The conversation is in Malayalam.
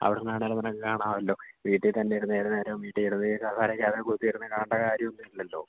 അവിടുന്ന് തന്നെ നിനക്ക് കാണാവല്ലോ വീട്ടിൽ തന്നെ ഇരുന്ന് ഏതുനേരവും വീട്ടിൽ വെറുതെ കസേരക്കകത്ത് കുത്തിയിരുന്ന് കാണണ്ട കാര്യം ഇല്ലല്ലോ